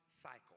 cycle